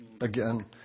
again